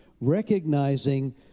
recognizing